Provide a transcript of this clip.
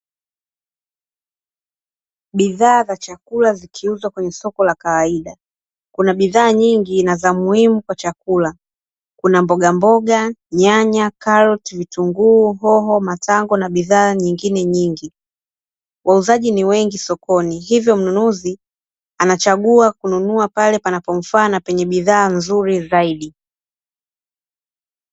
Bidhaa za chakula zikiuzwa kwenye soko la kawaida. Kuna bidhaa nyingi na za muhimu kwa chakula kuna mboga mboga, nyanya, karoti, vitunguu, hoho, matango na bidhaa nyingine nyingi. Wauzaji ni wengi sokoni hivyo mnunuzi anachagua kununua pale panapomfaa na penye bidhaa nzuri zaidi.